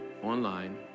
online